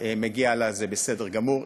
מגיע לה, זה בסדר גמור.